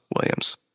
Williams